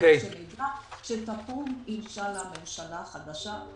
שתקום אינשאללה ממשלה חדשה,